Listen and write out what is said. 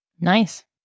Nice